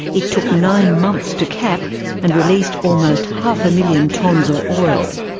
it took nine months to cap and released almost half a million tonnes of oil.